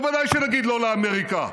בוודאי שנגיד לא לאמריקה.